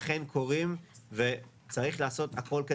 אכן קורים וצריך לעשות הכול,